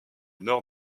nord